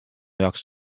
jaoks